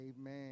Amen